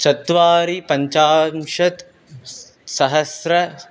चत्वारि पञ्चाशत्सहस्रम्